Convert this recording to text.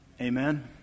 Amen